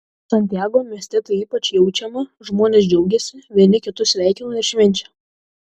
santiago mieste tai ypač jaučiama žmonės džiaugiasi vieni kitus sveikina ir švenčia